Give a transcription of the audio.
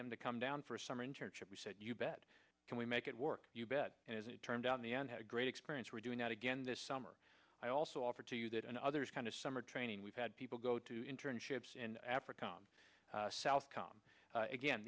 them to come down for a summer internship he said you bet can we make it work you bet as it turned out in the end had a great experience we're doing that again this summer i also offer to you that another kind of summer training we've had people go to internships in africa south com again